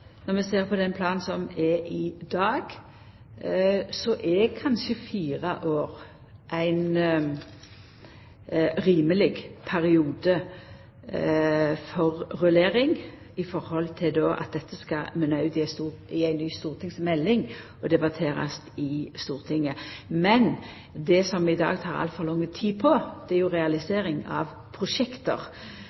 er kanskje fire år ein rimeleg periode for rullering med tanke på at dette skal munna ut i ei ny stortingsmelding og bli debattert i Stortinget. Men det som i dag tek altfor lang tid, er jo realiseringa av